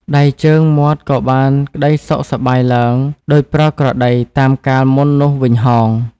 ដៃជើងមាត់ក៏បានក្តីសុខសប្បាយ ឡើង ដូចប្រក្រតីតាមកាលមុននោះវិញហោង ។